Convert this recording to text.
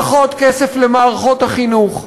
פחות כסף למערכות החינוך,